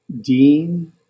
dean